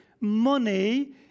money